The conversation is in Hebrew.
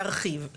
להרחיב,